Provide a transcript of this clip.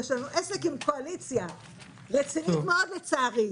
ויש לנו עסק עם קואליציה רצינית מאוד לצערי,